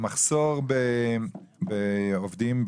המחסור בעובדים,